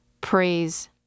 Praise